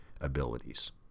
abilities